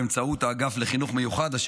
באמצעות האגף לחינוך מיוחד והמחוזות,